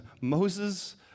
Moses